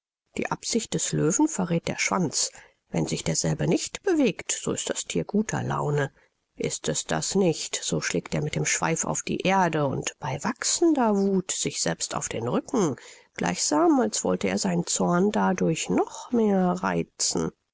die absicht des löwen verräth der schwanz wenn sich derselbe nicht bewegt so ist das thier guter laune ist es das nicht so schlägt er mit dem schweif auf die erde und bei wachsender wuth sich selbst auf den rücken gleichsam als wollte er seinen zorn dadurch noch mehr reizen